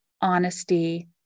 honesty